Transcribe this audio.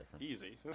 Easy